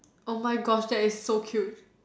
oh my Gosh that is so cute